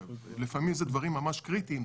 לפעמים זה דברים ממש קריטיים,